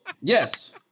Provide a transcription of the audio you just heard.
Yes